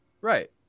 right